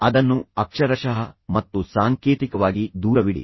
ಅದನ್ನು ಅಕ್ಷರಶಃ ಮತ್ತು ಸಾಂಕೇತಿಕವಾಗಿ ದೂರವಿಡಿ